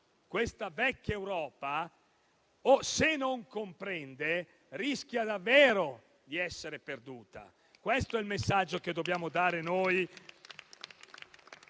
Questa vecchia Europa, se non comprende, rischia davvero di essere perduta. Questo è il messaggio che dobbiamo dare noi